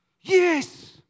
yes